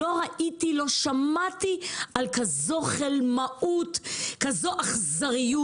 לא ראיתי, לא שמעתי על כזו חלמאות, כזו אכזריות.